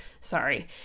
sorry